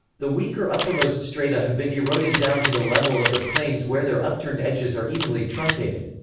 the weaker uppermost strata have been eroded down to the level of the plains where their upturned edges are evenly truncated.